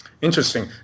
interesting